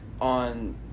on –